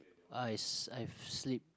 ice I've slipped